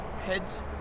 Heads